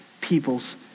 people's